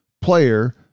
player